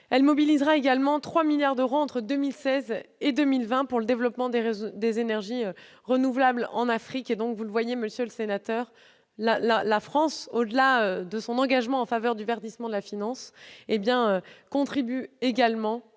Elle mobilisera également trois milliards d'euros entre 2016 et 2020 pour le développement des énergies renouvelables en Afrique. Vous le voyez, monsieur le sénateur, la France, au-delà de son engagement en faveur du verdissement de la finance, contribue également